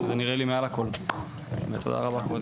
שזה נראה לי מעל הכל ותודה רבה.